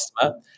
customer